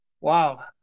Wow